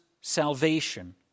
salvation